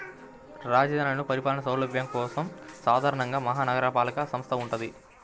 రాజధానిలో పరిపాలనా సౌలభ్యం కోసం సాధారణంగా మహా నగరపాలక సంస్థ వుంటది